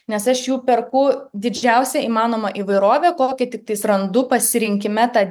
nes aš jų perku didžiausią įmanomą įvairovę kokią tiktais randu pasirinkime tą